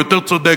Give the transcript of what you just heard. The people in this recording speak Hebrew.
או יותר צודקת.